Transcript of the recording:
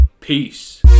Peace